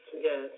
yes